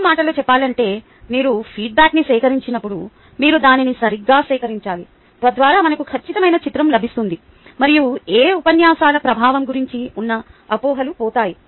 మరో మాటలో చెప్పాలంటే మీరు ఫీడ్బ్యాక్న్ని సేకరించినప్పుడు మీరు దానిని సరిగ్గా సేకరించాలి తద్వారా మనకు ఖచ్చితమైన చిత్రం లభిస్తుంది మరియు మీ ఉపన్యాసాల ప్రభావం గురించి ఉన్న అపోహలు పోతాయి